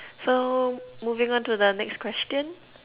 so moving on to the next question